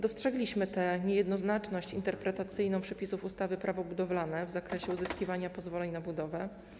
Dostrzegliśmy tę niejednoznaczność interpretacyjną przepisów ustawy - Prawo budowlane w zakresie uzyskiwania pozwoleń na budowę.